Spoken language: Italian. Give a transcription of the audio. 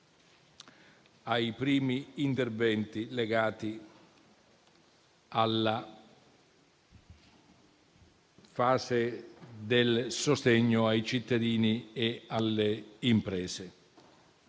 ai primi interventi legati alla fase del sostegno ai cittadini e alle imprese.